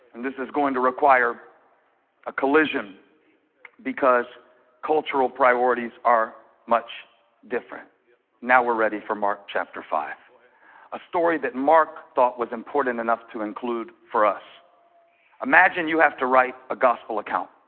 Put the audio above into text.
this is going to require a collision because cultural priorities are much different now we're ready for mark chapter five a story that mark thought was important enough to include for us imagine you have to write a gospel account